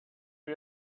you